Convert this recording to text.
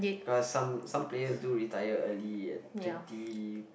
cause some some players do retire early at twenty